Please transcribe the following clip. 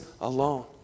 alone